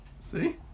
see